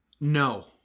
No